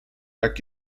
jak